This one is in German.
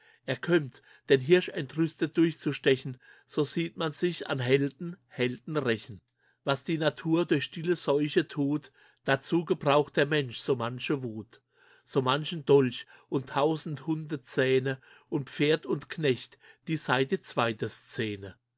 er kömmt den hirschentrüstet durchzustechen so sieht man sich an helden helden rächen was die natur durch stille seuche tut dazu gebraucht der mensch so manche wut so manchen dolch und tausend hundezähne und pferd und knecht dies